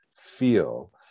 feel